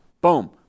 boom